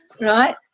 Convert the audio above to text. Right